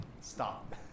Stop